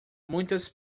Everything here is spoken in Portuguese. muitas